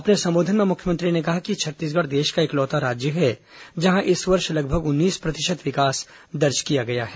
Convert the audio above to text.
अपने संबोधन में मुख्यमंत्री ने कहा कि छत्तीसगढ़ देश का इकलौता राज्य है जहां इस वर्ष लगभग उन्नीस प्रतिशत विकास दर्ज किया गया है